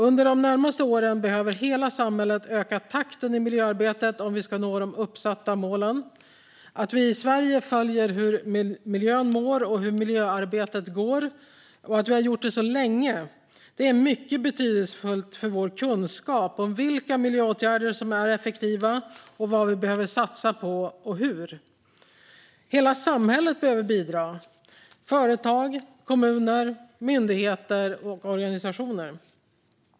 Under de närmaste åren behöver hela samhället öka takten i miljöarbetet om vi ska nå de uppsatta målen. Att vi i Sverige följer hur miljön mår och hur miljöarbetet går - och att vi har gjort det så länge - är mycket betydelsefullt för vår kunskap om vilka miljöåtgärder som är effektiva och om vad vi behöver satsa på och hur. Hela samhället behöver bidra: företag, kommuner, myndigheter och organisationer.